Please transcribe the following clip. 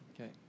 Okay